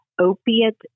opiate